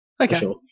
Okay